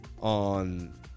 on